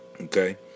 okay